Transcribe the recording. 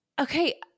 Okay